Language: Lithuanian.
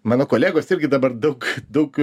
mano kolegos irgi dabar daug daug